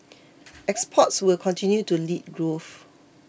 exports will continue to lead growth